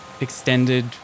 extended